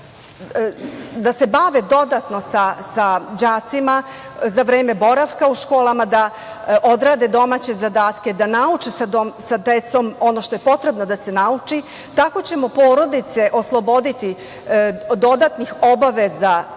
da se bave dodatno sa đacima, za vreme boravka u školama, da odrade domaće zadatke, da nauče sa decom ono što je potrebno da se nauči, tako ćemo porodice osloboditi dodatnih obaveza